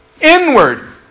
Inward